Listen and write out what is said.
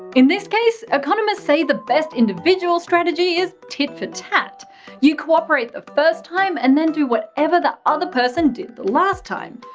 in this case, economists say the best individual strategy is tit-for-tat you cooperate the first time and then do whatever the other person did the last time.